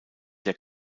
der